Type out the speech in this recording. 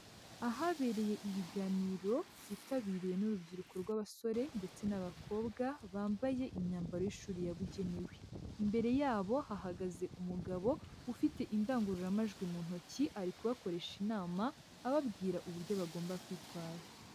Ahabereye ibiganiro byitabiriwe n'urubyiruko rw'abasore ndetse n'abakobwa bambaye imyambaro y'ishuri yabugenewe. Imbere yabo hahagaze umugabo ufite indangururamajwi mu ntoki ari kubakoresha inama, ababwira uburyo bagomba kwitwara.